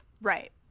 Right